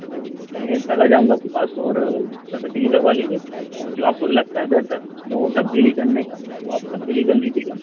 तो मैं कल आ जाऊँगा आपके पास और सर्विसिंग करवा लेंगे और जो आपको लगता है बेहतर उसमें वह तब्दीली करने का तो आप तब्दीली कर लीजिएगा